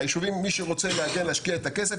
יישוב שרוצה להשקיע את הכסף,